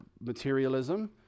materialism